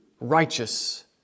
righteous